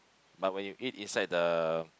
but when you eat inside the